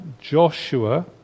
Joshua